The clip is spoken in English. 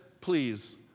please